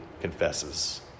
confesses